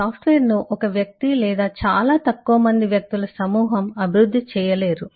సాఫ్ట్వేర్ను ఒక్క వ్యక్తి లేదా చాలా తక్కువ మంది వ్యక్తుల సమూహం అభివృద్ధి చేయలేరు